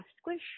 Squish